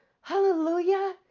Hallelujah